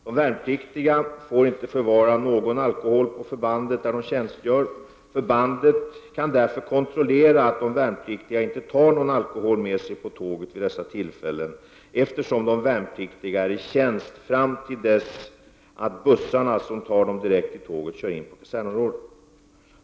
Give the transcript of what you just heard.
De värnpliktiga får inte förvara någon alkohol på förbandet där de tjänstgör. Från förbandets sida kan man därför kontrollera att de värnpliktiga inte tar någon alkohol med sig på tåget vid dessa tillfällen, eftersom de värnpliktiga är i tjänst fram till dess att bussarna som tar de värnpliktiga direkt till tåget kör in på kasernområdet.